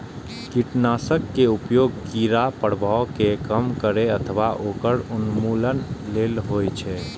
कीटनाशक के उपयोग कीड़ाक प्रभाव कें कम करै अथवा ओकर उन्मूलन लेल होइ छै